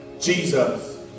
Jesus